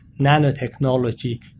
Nanotechnology